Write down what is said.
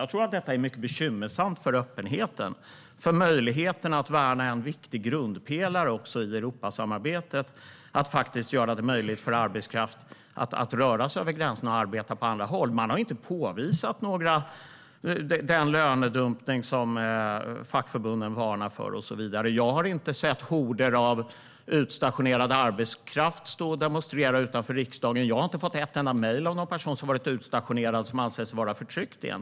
Jag tror att det är mycket bekymmersamt för öppenheten och för möjligheten att värna en viktig grundpelare i Europasamarbetet: att faktiskt göra det möjligt för arbetskraft att röra sig över gränserna och arbeta på andra håll. Man har inte påvisat den lönedumpning som fackförbunden varnar för och så vidare. Jag har inte sett horder av utstationerad arbetskraft stå och demonstrera utanför riksdagen. Jag har inte fått ett enda mejl av någon person som varit utstationerad och som anser sig vara förtryckt.